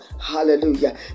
Hallelujah